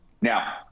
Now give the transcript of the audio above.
Now